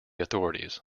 authorities